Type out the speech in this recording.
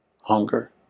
hunger